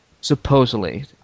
supposedly